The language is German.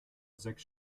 sechs